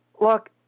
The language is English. look